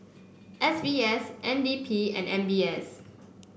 S B S N D P and M B S